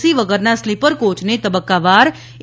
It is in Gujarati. સી વગરના સ્લીપર કોયને તબક્કાવાર એ